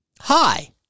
Hi